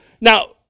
now